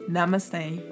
Namaste